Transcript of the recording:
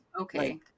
okay